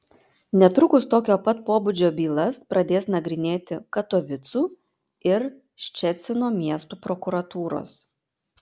netrukus tokio pat pobūdžio bylas pradės nagrinėti katovicų ir ščecino miestų prokuratūros